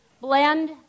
blend